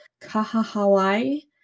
Kahahawai